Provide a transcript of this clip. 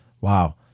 Wow